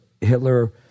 Hitler